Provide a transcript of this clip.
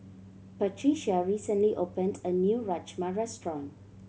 Patricia recently opened a new Rajma Restaurant